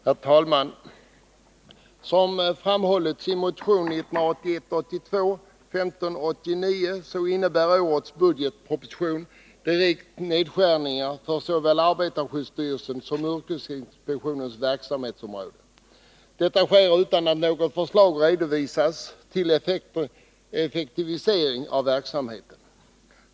Herr talman! Som framhållits i motion 1981/82:1589 innebär årets relsen och yrkesbudgetpropostion direkta nedskärningar för såväl arbetarskyddsstyrelsens inspektionen som yrkesinspektionens verksamhet. Detta sker utan att något förslag redovisas till effektivisering av verksamheten.